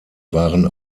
waren